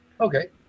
Okay